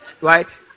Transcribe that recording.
Right